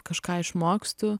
kažką išmokstu